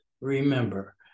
remember